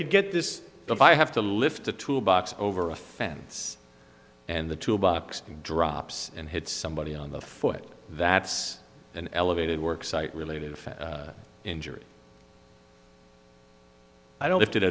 could get this device have to lift a tool box over a fence and the tool box drops and hit somebody on the foot that's an elevated work site related injury i don't have to do